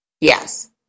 Yes